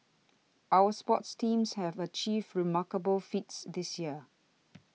our sports teams have achieved remarkable feats this year